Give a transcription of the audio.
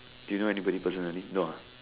do you know anybody personally no ah